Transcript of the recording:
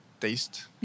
taste